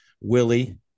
Willie